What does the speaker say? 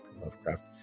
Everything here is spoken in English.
Lovecraft